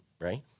right